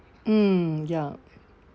mm ya